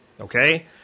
okay